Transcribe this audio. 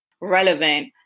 relevant